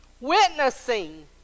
Witnessing